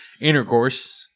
intercourse